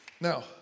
Now